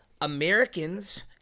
Americans